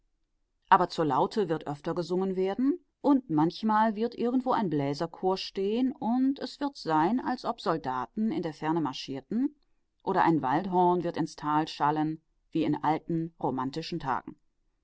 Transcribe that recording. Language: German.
aber zur laute wird öfter gesungen werden und manchmal wird irgendwo ein bläserchor stehen und es wird sein als ob soldaten in der ferne marschierten oder ein waldhorn wird ins tal schallen wie in alten romantischen tagen